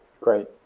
great